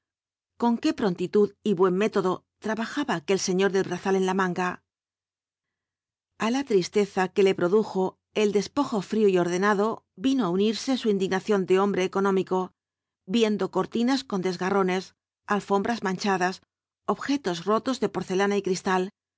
con qué prontitud y buen método trabajaba aquel señor del brazal en la manga a la tristeza que le produjo el despojo frío y ordenado vino á unirse su indignación de hombre económico viendo cortinas con desgarrones alfombras manchadas objetos rotos de porcelana y cristal